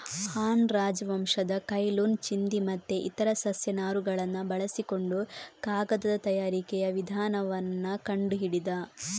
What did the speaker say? ಹಾನ್ ರಾಜವಂಶದ Cai Lun ಚಿಂದಿ ಮತ್ತೆ ಇತರ ಸಸ್ಯ ನಾರುಗಳನ್ನ ಬಳಸಿಕೊಂಡು ಕಾಗದದ ತಯಾರಿಕೆಯ ವಿಧಾನವನ್ನ ಕಂಡು ಹಿಡಿದ